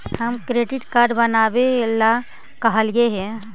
हम credit card बनावे ला कहलिऐ हे?